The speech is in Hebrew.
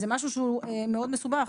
זה משהו שהוא מאוד מסובך,